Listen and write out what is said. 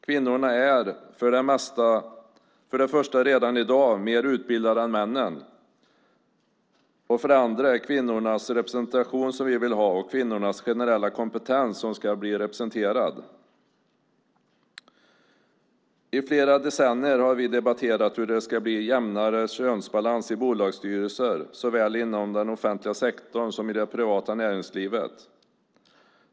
Kvinnorna är för det första redan i dag mer utbildade än männen. För det andra är det kvinnornas representation som vi vill ha. Kvinnornas generella kompetens ska bli representerad. I flera decennier har vi debatterat hur det ska bli jämnare könsbalans i bolagsstyrelser, såväl inom den offentliga sektorn som i det privata näringslivet.